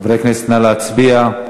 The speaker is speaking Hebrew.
חברי הכנסת, נא להצביע.